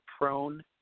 prone